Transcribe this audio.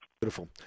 Beautiful